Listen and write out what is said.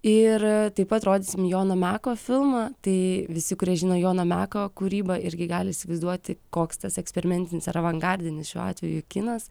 ir taip pat rodysim jono meko filmą tai visi kurie žino jono meko kūrybą irgi gali įsivaizduoti koks tas eksperimentinis ar avangardinis šiuo atveju kinas